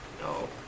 No